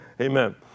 amen